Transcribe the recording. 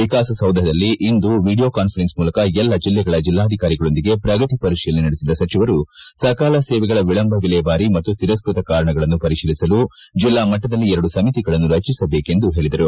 ವಿಕಾಸಸೌಧದಲ್ಲಿ ಇಂದು video conference ಮೂಲಕ ಎಲ್ಲಾ ಜಿಲ್ಲೆಗಳ ಜಿಲ್ಲಾಧಿಕಾರಿಗಳೊಂದಿಗೆ ಪ್ರಗತಿ ಪರಿಶೀಲನೆ ನಡೆಸಿದ ಸಚಿವರು ಸಕಾಲ ಸೇವೆಗಳ ವಿಳಂಬ ವಿಲೇವಾರಿ ಮತ್ತು ತಿರಸ್ಟತ ಕಾರಣಗಳನ್ನು ಪರಿಶೀಲಿಸಲು ಜಿಲ್ಲಾಮಟ್ಟದಲ್ಲಿ ಎರಡು ಸಮಿತಿಗಳನ್ನು ರಚಿಸಬೇಕೆಂದು ಹೇಳಿದರು